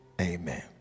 Amen